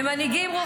לא אלייך.